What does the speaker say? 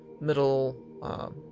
middle